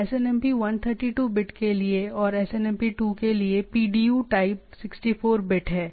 SNMP 132 bit के लिए और एसएनएमपी 2 के लिए पीडीयू टाइप 64 बिट है